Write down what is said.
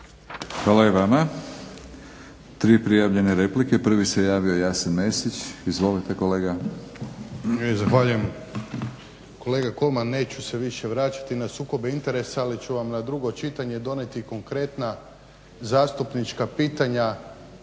Hvala i vama. Tri prijavljene replike. Prvi se javio Jasen Mesić. Izvolite kolega. **Mesić, Jasen (HDZ)** Zahvaljujem. Kolega Kolman neću se više vraćati na sukobe interesa ali ću vam na drugo čitanje donijeti konkretna zastupnička pitanja